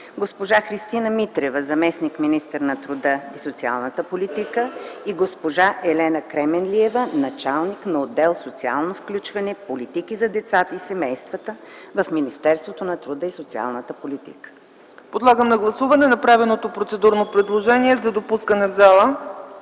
госпожа Христина Митрева – заместник-министър на труда и социалната политика; и госпожа Елена Кременлиева – началник на отдел „Социално включване, политики за децата и семействата” в Министерството на труда и социалната политика. ПРЕДСЕДАТЕЛ ЦЕЦКА ЦАЧЕВА: Подлагам на гласуване направеното процедурно предложение за допускане в залата.